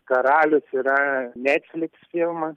karalius yra netflix filmas